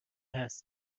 هست